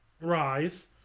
rise